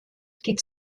die